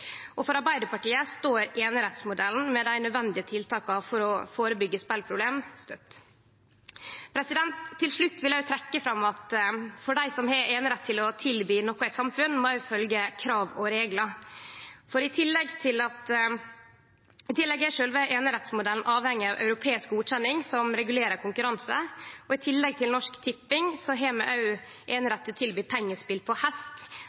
For Arbeidarpartiet står einerettsmodellen med dei nødvendige tiltaka for å førebyggje speleproblem støtt. Til slutt vil eg trekkje fram at dei som har einerett til å tilby noko i eit samfunn, òg må følgje krav og reglar. I tillegg er sjølve einerettsmodellen avhengig av europeisk godkjenning som regulerer konkurranse. I tillegg til Norsk Tipping har vi òg einerett til å tilby pengespel på hest,